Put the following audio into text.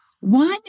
One